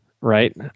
right